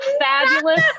fabulous